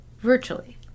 virtually